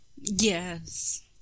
Yes